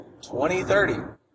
2030